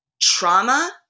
trauma